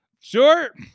sure